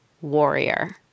warrior